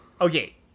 okay